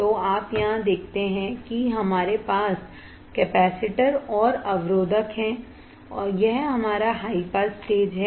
तो आप यहाँ देखते हैं कि हमारे पास कैपेसिटर र्और अवरोधक है यह हमारा हाई पास स्टेज है